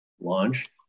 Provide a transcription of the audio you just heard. launch